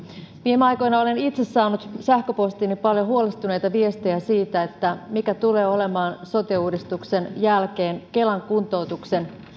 viime aikoina olen itse saanut sähköpostiini paljon huolestuneita viestejä siitä mikä tulee olemaan sote uudistuksen jälkeen kelan kuntoutuksen